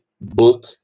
book